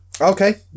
Okay